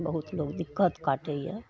बहुत लोक दिक्कत काटैए